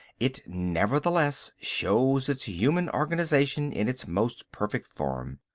it nevertheless shows its human organisation in its most perfect form.